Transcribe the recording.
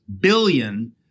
billion